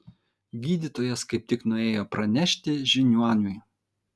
gydytojas kaip tik nuėjo pranešti žiniuoniui